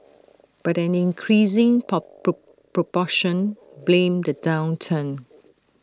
but an increasing pop proportion blamed the downturn